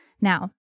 Now